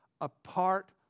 apart